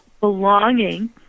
belonging